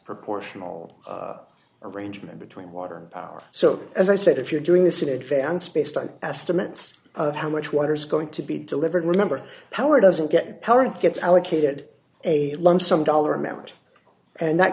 proportional arrangement between water power so as i said if you're doing this in advance based on estimates of how much water is going to be delivered remember howard doesn't get parent gets allocated a lump sum dollar amount and that